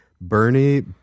bernie